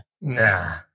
Nah